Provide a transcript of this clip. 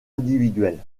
individuelles